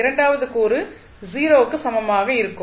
இரண்டாவது கூறு 0 க்கு சமமாக இருக்கும்